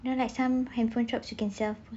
you know like some handphone shops you can sell